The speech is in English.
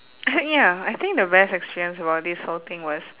I ya I think the best experience about this whole thing was